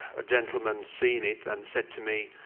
a gentleman seen it and said to me,